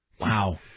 Wow